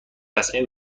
تصمیم